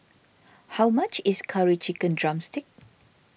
how much is Curry Chicken Drumstick